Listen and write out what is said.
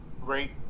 great